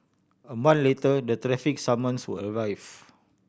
a month later the traffic summons were arrive